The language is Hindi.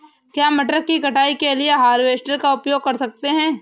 क्या मटर की कटाई के लिए हार्वेस्टर का उपयोग कर सकते हैं?